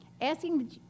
asking